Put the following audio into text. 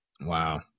Wow